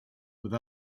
with